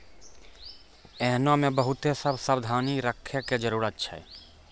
एहनो मे बहुते सभ सावधानी राखै के जरुरत छै